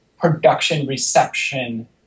production-reception